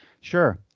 sure